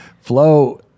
flow